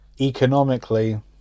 economically